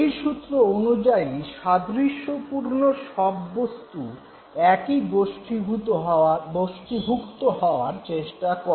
এই সূত্র অনুযায়ী সাদৃশ্যপূর্ণ সব বস্তু একই গোষ্ঠীভুক্ত হওয়ার চেষ্টা করে